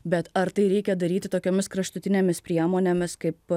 bet ar tai reikia daryti tokiomis kraštutinėmis priemonėmis kaip